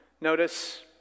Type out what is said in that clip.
notice